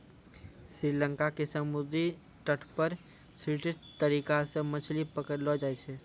श्री लंका के समुद्री तट पर स्टिल्ट तरीका सॅ मछली पकड़लो जाय छै